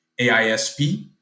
AISP